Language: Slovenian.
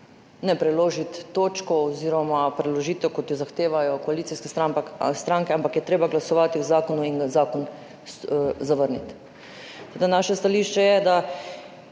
ne preložiti točke, kot to zahtevajo koalicijske stranke, ampak je treba glasovati o zakonu in zakon zavrniti. Naše stališče je, da